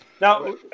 Now